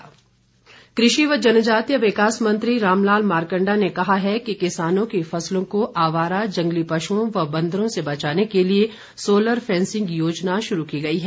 मारकंडा कृषि व जनजातीय विकास मंत्री रामलाल मारकंडा ने कहा है कि किसानों की फसलों को आवारा जंगली पशुओं व बंदरों से बचाने के लिए सोलर फैंसिंग योजना शुरू की गई है